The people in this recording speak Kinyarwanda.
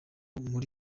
muri